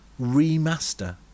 remaster